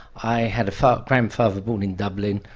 i had a grandfather born in dublin,